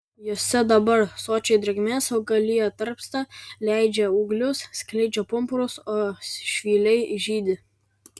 jose dabar sočiai drėgmės augalija tarpsta leidžia ūglius skleidžia pumpurus o švyliai žydi